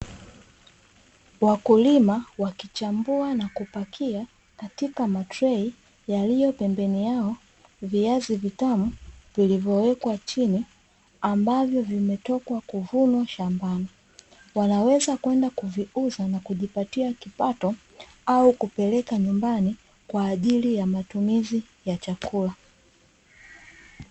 Wakulima wakichambua na kupakia katika matrei yaliyo pembeni yao viazi vitamu, vilivyowekwa chini ambavyo vimetoka kuvunwa shambani wanaweza kwenda kuviuza na kujipatia kipatao au kupeleka nyumbani kwa ajili ya matumizi ya chalkula.